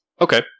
Okay